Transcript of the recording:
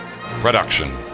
production